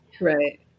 Right